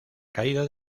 caída